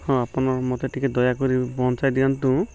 ହଁ ଆପଣ ମୋତେ ଟିକେ ଦୟାକରି ପହଞ୍ଚାଇ ଦିଅନ୍ତୁ